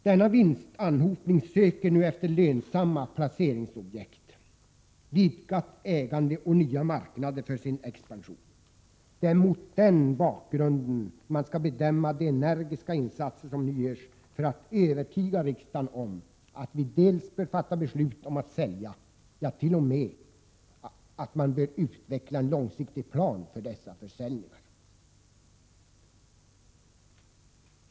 Denna vinstanhopning söker nu efter lönsamma placeringsobjekt, vidgat ägande och nya marknader för sin expansion. Det är mot den bakgrunden man skall bedöma de energiska insatser som nu görs för att övertyga riksdagen om att vi bör fatta beslut om att sälja — ja, t.o.m. att vi bör utveckla en långsiktig plan för dessa försäljningar.